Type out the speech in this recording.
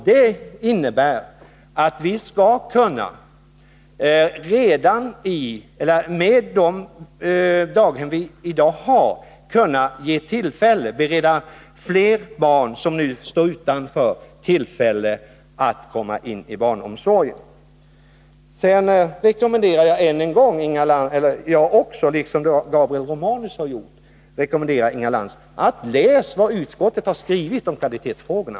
Det innebär att vi med de daghem som vi i dag har skall kunna bereda fler barn som nu står utanför barnomsorgen tillfälle att utnyttja denna. Sedan rekommenderar också jag — Gabriel Romanus har tidigare gjort det —- Inga Lantz att läsa vad utskottet har skrivit om kvalitetsfrågorna.